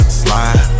slide